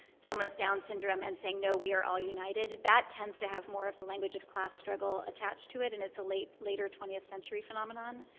someone with down syndrome and saying, no, we are all united. that tends to have more of the language of class struggle attached to it, and it's a later twentieth century phenomenon.